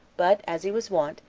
but, as he was wont,